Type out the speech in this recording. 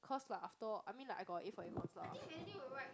cause like after all I mean like I got a A for econs lah